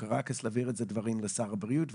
קרקיס להעביר את הדברים לשר הבריאות.